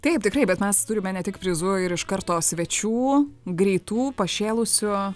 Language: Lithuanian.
taip tikrai bet mes turime ne tik prizų ir iš karto svečių greitų pašėlusių